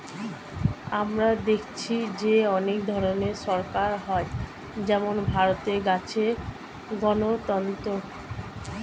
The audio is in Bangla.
আমরা দেখেছি যে অনেক ধরনের সরকার হয় যেমন ভারতে আছে গণতন্ত্র